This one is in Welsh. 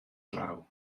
draw